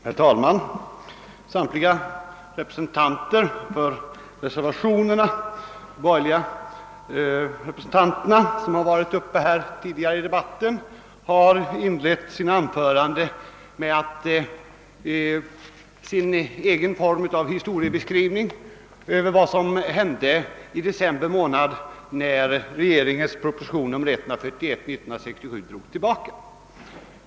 Herr talman! Samtliga de borgerliga ledamöter som yttrat sig tidigare i denna debatt har inlett sina anföranden med sin egen historieskrivning över vad som hände i december månad när regeringens proposition 1967:141 drogs tillbaka.